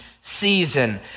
season